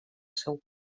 seu